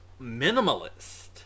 minimalist